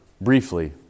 briefly